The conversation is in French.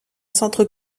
centre